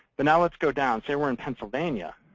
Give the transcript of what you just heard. but now let's go down. say we're in pennsylvania,